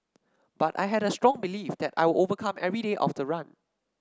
but I had a strong belief that I'll overcome every day of the run